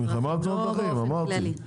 מלחמה בתאונות דרכים, אמרתי.